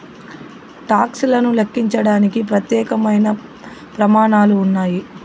talks లను లెక్కించడానికి ప్రత్యేకమైన ప్రమాణాలు ఉన్నాయి